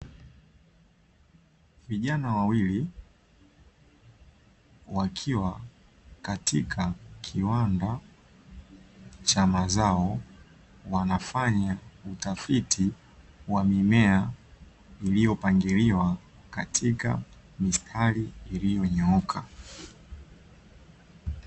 Vijana wawili wakiwa katika kiwanda cha mazao, wanafanya utafiti wa mimea iliyopangiliwa katika mistari iliyonyooka.